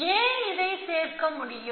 ஏன் இதை சேர்க்க முடியும்